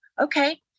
okay